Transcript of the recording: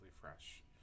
fresh